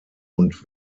und